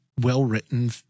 well-written